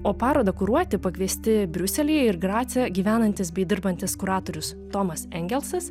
o parodą kuruoti pakviesti briuselyje ir grace gyvenantys bei dirbantis kuratorius tomas engelsas